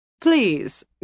Please